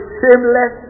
shameless